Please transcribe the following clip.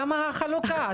למה החלוקה?